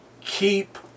keep